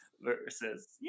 versus